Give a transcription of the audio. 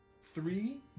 three